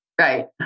Right